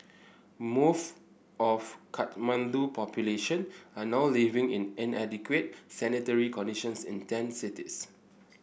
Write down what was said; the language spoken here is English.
most of Kathmandu's population are now living in inadequate sanitary conditions in tent cities